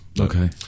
Okay